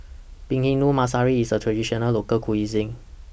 Bhindi Masala IS A Traditional Local Cuisine